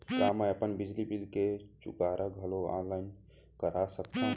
का मैं अपन बिजली बिल के चुकारा घलो ऑनलाइन करा सकथव?